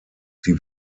sie